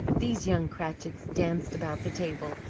these young cratchits danced about the table,